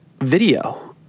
video